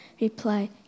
reply